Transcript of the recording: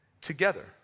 together